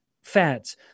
Fats